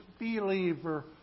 believer